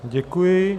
Děkuji.